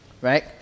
right